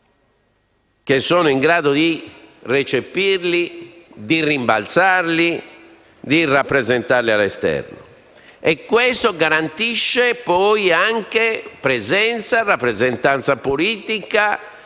in grado di recepirli, di rimbalzarli e di rappresentarli all'esterno. Ciò garantisce poi anche presenza, rappresentanza politica